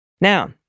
Now